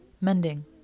mending